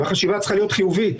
והחשיבה צריכה להיות חיובית,